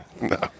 No